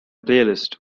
playlist